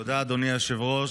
תודה, אדוני היושב-ראש.